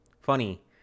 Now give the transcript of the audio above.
Funny